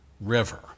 River